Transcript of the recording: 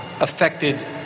affected